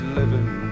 living